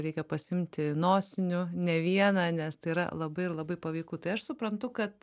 reikia pasiimti nosinių ne vieną nes tai yra labai ir labai paveiku tai aš suprantu kad